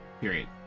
Period